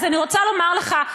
אז אני רוצה לומר לך: